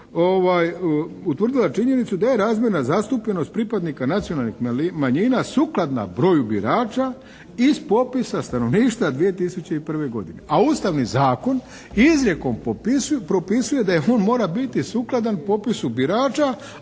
utvrdila činjenicu da je razmjena zastupljenosti pripadnika nacionalnih manjina sukladna broju birača iz popisa stanovništva 2001. godine, a Ustavni zakon izrijekom propisuje da on mora biti sukladan popisu birača,